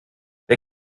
wer